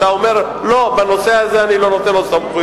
אתה אומר: לא, בנושא הזה אני לא נותן סמכויות.